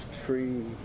tree